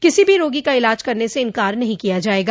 किसी भी रोगी का इलाज करने से इंकार नहीं किया जाएगा